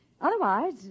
Otherwise